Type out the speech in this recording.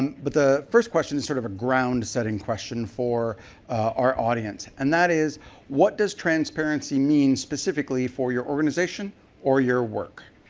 but the first question is sort of a ground setting question for our audience, and that is what does transparency mean specifically for your organization or your work?